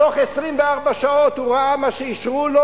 בתוך 24 שעות הוא ראה מה שאישרו לו.